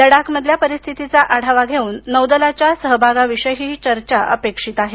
लडाख मधल्या परिस्थितीचा आढावा घेऊन नौदलाच्या सहभागाविषयीही चर्चा अपेक्षित आहे